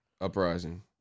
Uprising